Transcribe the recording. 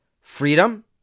freedom